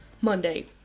Monday